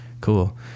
Cool